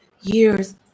years